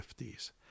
50s